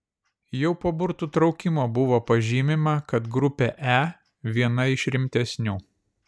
jau po burtų traukimo buvo pažymima kad grupė e viena iš rimtesnių